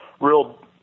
real